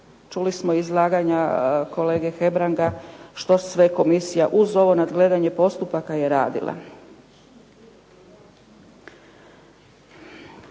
čuli smo iz izlaganja kolege Hebranga, što sve komisija uz ovo nadgledanje postupaka je radila.